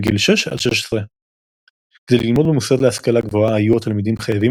מגיל 6 עד 16. כדי ללמוד במוסד להשכלה גבוהה היו התלמידים חייבים